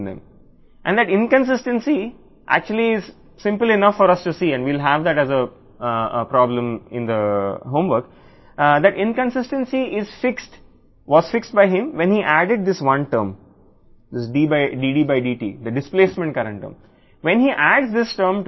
మరియు ఆ అసమానత వాస్తవానికి మనం చూడగలిగేంత సరళమైనది మరియు హోంవర్క్ సమస్యగా ఈ ఇన్కన్సిటెంట్ను పరిష్కరించినప్పుడు అతను ఈ పదాన్ని జోడించినప్పుడు dDdt డిస్ప్లేస్మెంట్ తికమక పెట్టే సమస్య పరిష్కరించబడింది